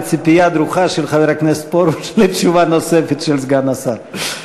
בציפייה דרוכה של חבר הכנסת פרוש לתשובה נוספת של סגן השר.